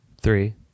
three